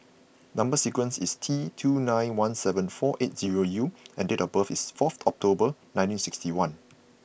number sequence is T two nine one seven four eight zero U and date of birth is fourth October nineteen sixty one